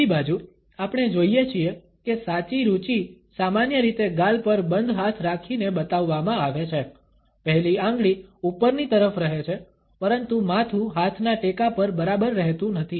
બીજી બાજુ આપણે જોઇએ છીએ કે સાચી રુચિ સામાન્ય રીતે ગાલ પર બંધ હાથ રાખીને બતાવવામાં આવે છે પહેલી આંગળી ઉપરની તરફ રહે છે પરંતુ માથું હાથના ટેકા પર બરાબર રહેતું નથી